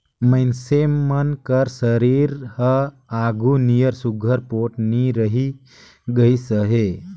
मइनसे मन कर सरीर हर आघु नियर सुग्घर पोठ नी रहि गइस अहे